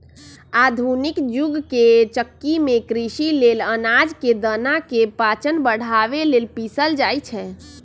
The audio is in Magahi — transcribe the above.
आधुनिक जुग के चक्की में कृषि लेल अनाज के दना के पाचन बढ़ाबे लेल पिसल जाई छै